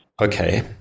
Okay